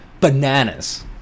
bananas